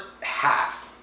half